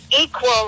equal